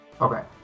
Okay